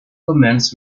omens